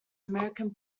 american